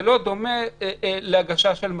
זה לא דומה להגשה של מזון.